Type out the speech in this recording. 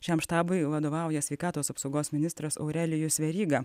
šiam štabui vadovauja sveikatos apsaugos ministras aurelijus veryga